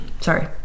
sorry